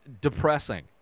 depressing